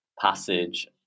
passage